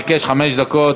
השר ביקש חמש דקות,